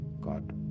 God